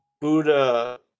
Buddha